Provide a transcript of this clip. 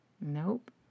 Nope